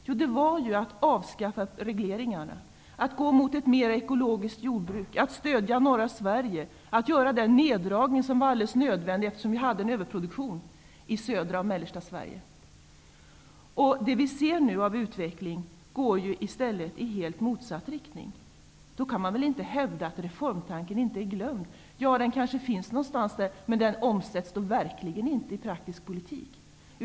Jo, det var att man skulle avskaffa regleringarna, gå mot ett mer ekologiskt jordbruk, stödja norra Sverige och att man skulle göra den neddragning som var nödvändig, eftersom det fanns en överproduktion i södra och mellersta Sverige. Utvecklingen går nu i stället i helt motsatt riktning. Då kan man väl inte hävda att reformtanken inte är glömd! Den kanske finns någonstans, men den omsätts verkligen inte i praktisk politik.